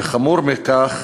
וחמור מכך,